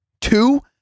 two